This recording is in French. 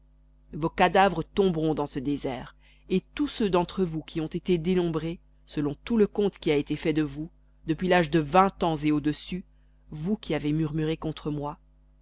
vos cadavres tomberont dans ce désert et tous ceux d'entre vous qui ont été dénombrés selon tout le compte qui a été fait de vous depuis l'âge de vingt ans et au-dessus vous qui avez murmuré contre moi